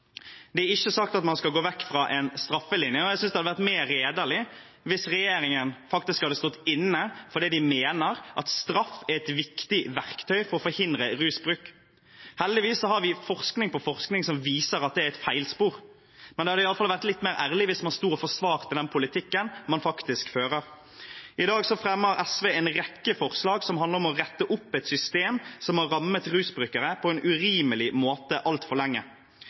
Det er ikke sagt at man skal gå vekk fra en straffelinje. Jeg syns det hadde vært mer redelig hvis regjeringen faktisk hadde stått inne for det de mener; at straff er et viktig verktøy for å forhindre rusbruk. Heldigvis har vi forskning på forskning som viser at det er et feilspor, men det hadde iallfall vært litt mer ærlig hvis man sto og forsvarte den politikken man faktisk fører. I dag fremmer SV en rekke forslag som handler om å rette opp et system som har rammet rusbrukere på en urimelig måte altfor lenge.